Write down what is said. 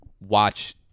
watch